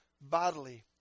bodily